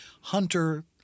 Hunter